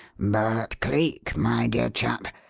but, cleek, my dear chap,